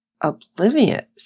oblivious